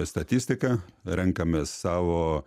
statistiką renkamės savo